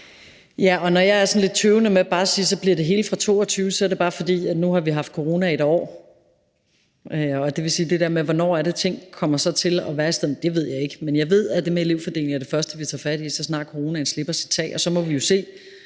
sådan lidt tøvende med bare at sige, at så bliver det hele fra 2022, er det, fordi vi nu har haft corona i et år, og det vil sige, at det der med, hvornår det kommer til at virke fra, ved jeg ikke. Men jeg ved, at det med elevfordelingen er det første, vi tager fat i, så snart coronaen slipper sit tag.